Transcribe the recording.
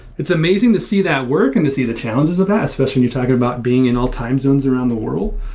it's amazing to see that work and to see the challenges of that, especially when you're talking about being in all time zones around the world.